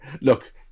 look